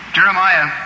Jeremiah